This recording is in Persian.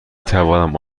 توانیم